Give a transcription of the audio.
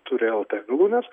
turi lt galūnes